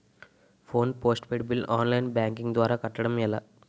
Phone postpaid bill online banking ద్వారా కట్టడం ఎలా?